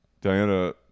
Diana